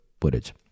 footage